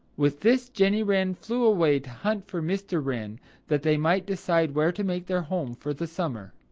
with this, jenny wren flew away to hunt for mr. wren that they might decide where to make their home for the summer.